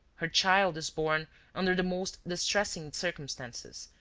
her child is born under the most distressing circumstances,